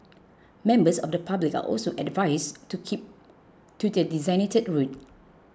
members of the public are also advised to keep to the designated route